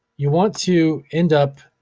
you want to end up,